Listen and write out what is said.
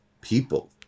people